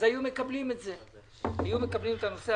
היו מקבלים את החומר הגולמי.